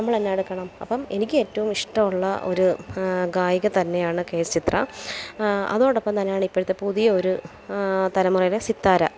നമ്മൾ എന്നാ എടുക്കണം അപ്പം എനിക്ക് ഏറ്റവും ഇഷ്ടം ഉള്ള ഒരു ഗായിക തന്നെയാണ് കെ എസ് ചിത്ര അതോടൊപ്പം തന്നെയാണ് ഇപ്പോഴത്തെ പുതിയ ഒരു തലമുറയിലെ സിതാര